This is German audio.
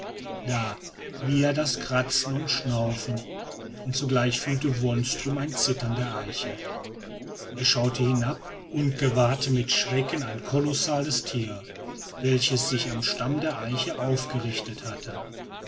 da wieder das kratzen und schnaufen und zugleich fühlte wonström ein zittern der eiche er schaute hinab und gewahrte mit schrecken ein kolossales tier welches sich am stamm der eiche aufgerichtet hatte